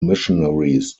missionaries